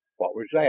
what was that?